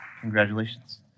Congratulations